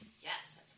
Yes